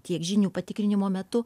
tiek žinių patikrinimo metu